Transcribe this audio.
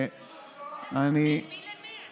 בין מי למי?